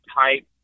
type